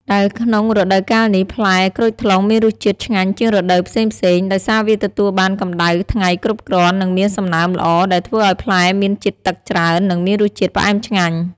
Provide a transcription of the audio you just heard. ដែលក្នុងរដូវកាលនេះ ផ្លែក្រូចថ្លុងមានរសជាតិឆ្ងាញ់ជាងរដូវផ្សេងៗ ដោយសារវាទទួលបានកម្តៅថ្ងៃគ្រប់គ្រាន់ និងមានសំណើមល្អ ដែលធ្វើឱ្យផ្លែមានជាតិទឹកច្រើន និងមានរសជាតិផ្អែមឆ្ងាញ់។